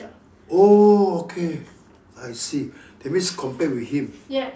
oh okay I see that means compare with him